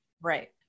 Right